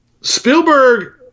Spielberg